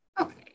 Okay